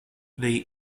they